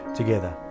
together